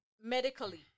medically